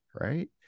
right